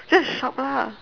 just shop lah